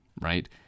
right